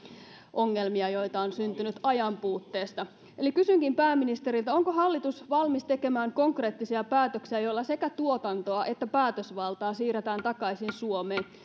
ongelmia joita on syntynyt ajan puutteesta eli kysynkin pääministeriltä onko hallitus valmis tekemään konkreettisia päätöksiä joilla sekä tuotantoa että päätösvaltaa siirretään takaisin suomeen